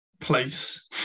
place